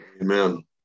Amen